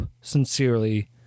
sincerely